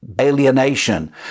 alienation